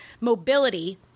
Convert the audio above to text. mobility –